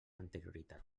anterioritat